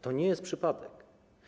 To nie jest przypadek.